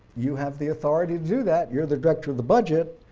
you have the authority to do that, you're the director of the budget,